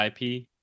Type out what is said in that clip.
ip